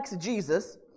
Jesus